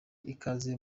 ikaze